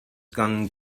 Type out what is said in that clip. gone